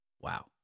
Wow